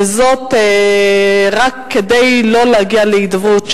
רק כדי שלא להגיע להידברות,